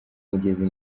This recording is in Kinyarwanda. mugezi